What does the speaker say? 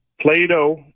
Plato